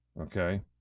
okay